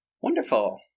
Wonderful